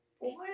Boy